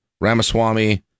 Ramaswamy